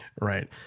Right